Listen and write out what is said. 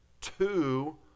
two